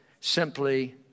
simply